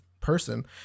person